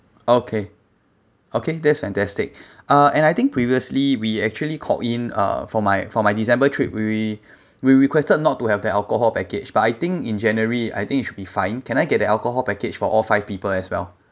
okay okay that's fantastic uh and I think previously we actually called in uh for my for my december trip we we requested not to have the alcohol package but I think in january I think it should be fine can I get the alcohol package for all five people as well